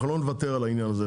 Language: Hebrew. אנחנו לא נוותר על העניין הזה,